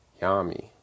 Yami